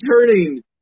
turning